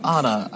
Anna